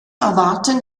erwarten